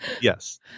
Yes